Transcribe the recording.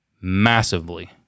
massively